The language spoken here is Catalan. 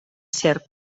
serp